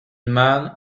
man